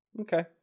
Okay